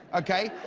okay.